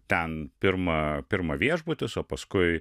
ten pirma pirma viešbutis o paskui